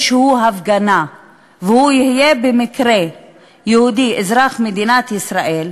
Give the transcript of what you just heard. הפגנה והוא יהיה במקרה יהודי אזרח מדינת ישראל,